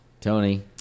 Tony